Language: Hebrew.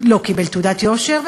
לא קיבל תעודת יושר,